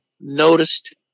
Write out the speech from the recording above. noticed